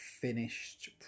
finished